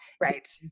Right